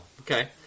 okay